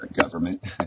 government